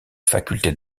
facultés